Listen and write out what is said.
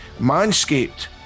Manscaped